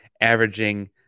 averaging